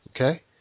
Okay